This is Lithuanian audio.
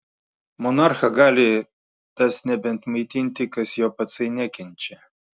monarchą gali tas nebent maitinti kas jo patsai nekenčia